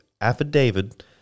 affidavit